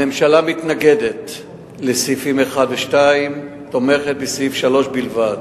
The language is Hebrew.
הממשלה מתנגדת לסעיפים 1 ו-2 ותומכת בסעיף 3 בלבד.